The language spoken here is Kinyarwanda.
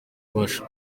abasha